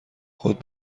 خود